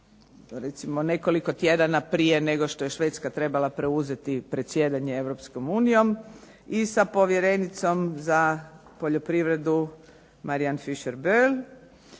recimo nekoliko tjedana prije nego što je Švedska trebala preuzeti predsjedanje Europskom unijom i sa povjerenicom za poljoprivredu Mariann Fisher Boel.